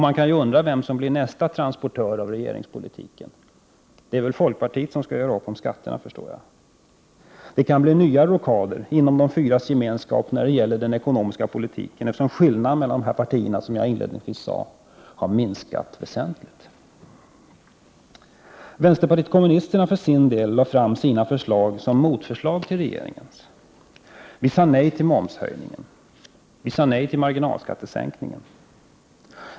Man kan undra vem som blir nästa transportör av regeringspolitiken. Det är väl folkpartiet som skall göra upp om skatterna, förstår jag. Det kan bli nya rockader inom de fyras gemenskap när det gäller den ekonomiska politiken, eftersom skillnaderna mellan dessa partier, som jag inledningsvis sade, har minskat väsentligt. Vänsterpartiet kommunisterna lade för sin del fram sina förslag som motförslag till regeringens. —- Vi sade nej till momshöjningen. —- Vi sade nej till marginalskattesänkningen.